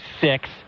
six